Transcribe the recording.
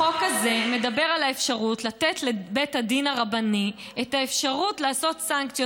החוק הזה מדבר על לתת לבית הדין הרבני את האפשרות לעשות סנקציות